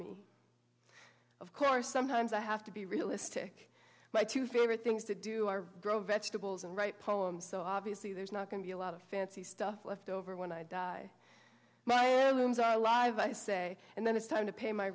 me of course sometimes i have to be realistic my two favorite things to do are grow vegetables and write poems so obviously there's not going to be a lot of fancy stuff left over when i die my limbs are alive i say and then it's time to pay my